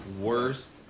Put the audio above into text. worst